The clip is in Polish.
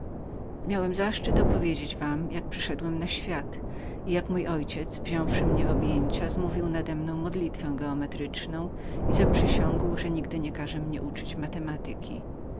miałem zaszczyt wam opowiedzieć jak przyszedłem na świat i jak mój ojciec wziąwszy mnie w objęcia zmówił nademną modlitwę geometryczną i zaprzysiągł że nigdy nie każe uczyć mnie matematyki